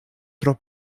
tro